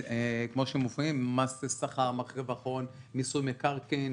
מס שכר, מס רווח הון, מיסוי מקרקעין,